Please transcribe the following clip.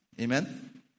Amen